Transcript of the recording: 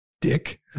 dick